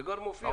זה כבר מופיע.